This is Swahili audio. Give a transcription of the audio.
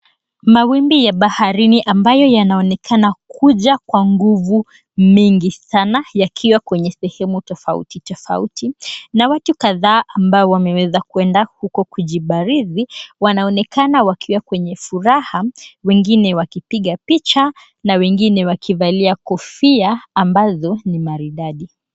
Mawimbi ya baharini ambayo yanaonekana kuja kwa nguvu mingi sana yakiwa kwenye sehemu tofauti tofauti na watu kadhaa ambao wameweza kuenda huko kujibarizi wanaonekana wakiwa kwenye furaha wengine wakipiga picha na wengine wakivalia kofia ambazo ni maridadi.